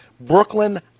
Brooklyn